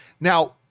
Now